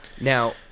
Now